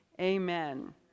Amen